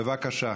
בבקשה.